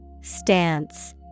Stance